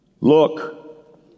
look